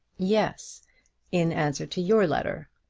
yes in answer to your letter.